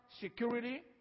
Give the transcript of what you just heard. security